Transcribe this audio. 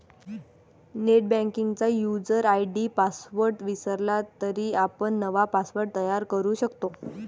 नेटबँकिंगचा user ID password विसरला तरी आपण नवा पासवर्ड तयार करू शकतो